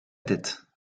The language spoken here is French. tête